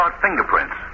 Fingerprints